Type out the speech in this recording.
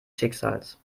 schicksals